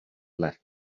left